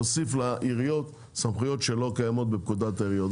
להוסיף לעיריות סמכויות שלא קיימות בפקודת העיריות.